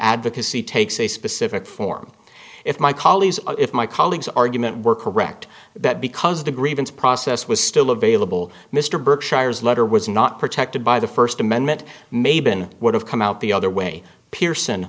advocacy takes a specific form if my colleagues if my colleagues argument were correct that because the grievance process was still available mr berkshire's letter was not protected by the first amendment mabon would have come out the other way pearson